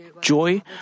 joy